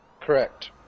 Correct